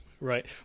Right